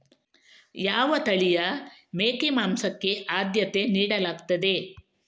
ಯಾವ ತಳಿಯ ಮೇಕೆ ಮಾಂಸಕ್ಕೆ ಆದ್ಯತೆ ನೀಡಲಾಗ್ತದೆ?